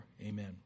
Amen